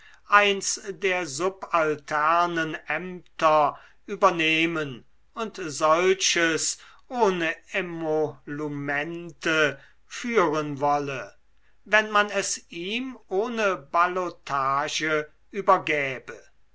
eins der subalternen ämter übernehmen und solches ohne emolumente führen wolle wenn man es ihm ohne ballotage übergäbe